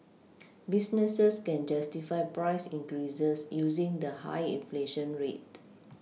businesses can justify price increases using the high inflation rate